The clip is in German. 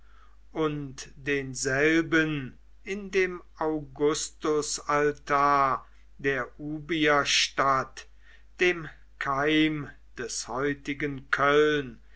und denselben in dem augustusaltar der ubierstadt dem keim des heutigen köln